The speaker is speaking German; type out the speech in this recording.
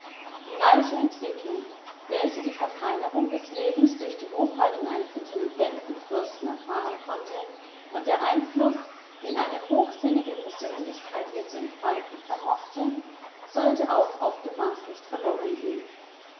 die reiche entwicklung welche die verfeinerung des lebens durch die hofhaltung eines intelligenten fürsten erfahren konnte und der einfluß den eine hochsinnige persönlichkeit hier zu entfalten vermochte sollte auch auf dem mars nicht verlorengehen